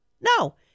No